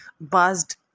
Buzzed